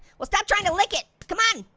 well stop trying to lick it. come on,